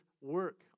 work